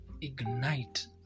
ignite